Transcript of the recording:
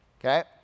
Okay